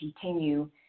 continue